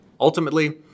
Ultimately